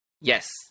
Yes